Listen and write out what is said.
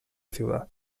ciudad